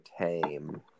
tame